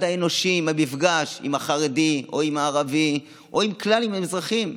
האנושי במפגש עם החרדי או עם הערבי או עם כלל האזרחים.